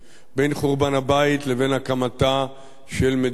בין חורבן הבית לבין הקמתה של מדינת ישראל.